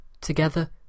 Together